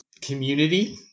community